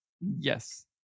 Yes